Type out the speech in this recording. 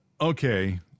Okay